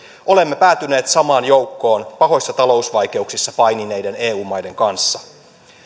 olemme päätyneet samaan joukkoon pahoissa talousvaikeuksissa painineiden eu maiden kanssa